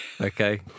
Okay